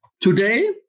Today